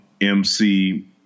MC